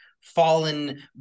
fallen